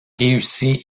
réussi